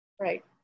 Right